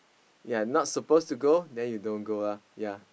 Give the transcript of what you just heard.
you're not supposed to go then you don't go lah ya